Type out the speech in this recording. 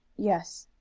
yes,